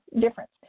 difference